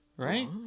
Right